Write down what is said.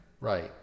Right